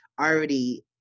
already